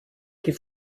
die